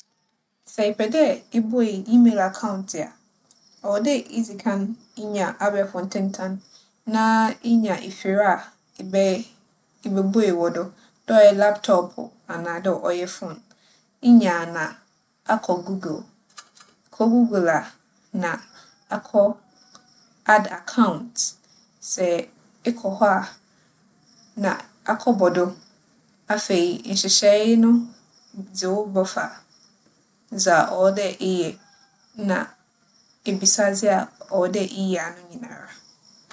Sɛ epɛ dɛ ibue 'e-mail aͻͻount' a, ͻwͻ dɛ idzi kan inya abaefor ntentan na inya efir a ebɛ - ibobue wͻ do, dɛ ͻyɛ laptͻͻpo anaadɛ ͻyɛ foon. Inya a na akͻ 'google'. Ekͻ 'google' a na akͻ 'add aͻͻount'. Sɛ ekͻ hͻ a na akͻbͻ do. Afei nhyehyɛɛ no dze wo bɛfa dza ͻwͻ dɛ eyɛ na ebisadze a ͻwͻ dɛ iyi ano nyinara.